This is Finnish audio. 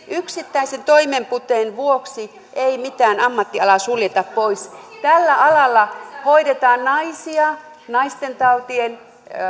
yksittäisen toimenpiteen vuoksi ei mitään ammattialaa suljeta pois tällä alalla hoidetaan naisia naistentautien